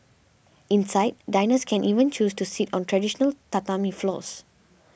inside diners can even choose to sit on traditional tatami floors